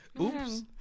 Oops